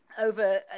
over